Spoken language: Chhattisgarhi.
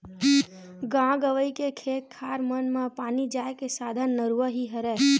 गाँव गंवई के खेत खार मन म पानी जाय के साधन नरूवा ही हरय